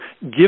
give